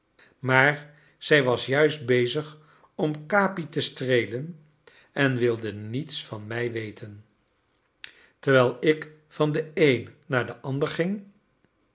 maar zij was juist bezig om capi te streelen en wilde niets van mij weten terwijl ik van den een naar den ander ging